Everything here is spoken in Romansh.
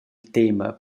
tema